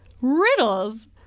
riddles